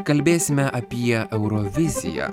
kalbėsime apie euroviziją